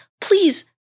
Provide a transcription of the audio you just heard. please